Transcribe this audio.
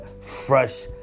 fresh